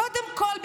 קודם כול,